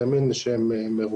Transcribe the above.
שם,